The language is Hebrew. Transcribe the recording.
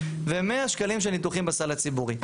ו-100 שקלים של ניתוחים בסל הציבורי.